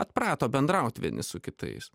atprato bendraut vieni su kitais